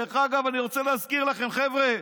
דרך אגב, אני רוצה להזכיר לכם, חבר'ה: